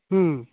ହୁଁ